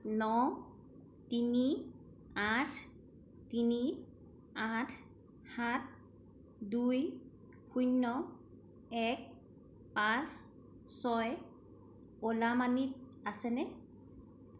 ন তিনি আঠ তিনি আঠ সাত দুই শূন্য এক পাঁচ ছয় অ'লা মানিত আছেনে